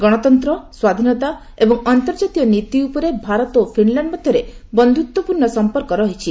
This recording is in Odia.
ଗଣତନ୍ତ୍ର ସ୍ୱାଧୀନତା ଏବଂ ଅନ୍ତର୍ଜାତୀୟ ନୀତି ଉପରେ ଭାରତ ଓ ଫିନଲାଣ୍ଡ ମଧ୍ୟରେ ବନ୍ଧୁତ୍ୱପୂର୍ଣ୍ଣ ସମ୍ପର୍କ ରହିଛି